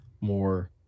more